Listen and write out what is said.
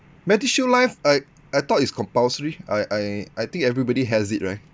medishield life I I thought is compulsory I I I think everybody has it right